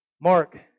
Mark